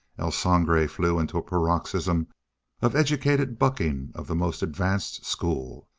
el sangre flew into a paroxysm of educated bucking of the most advanced school.